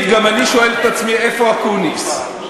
איפה אקוניס?